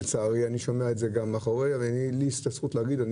ולצערי אני שומע את זה גם מאחורי הקלעים ולי יש את הזכות להגיד את זה,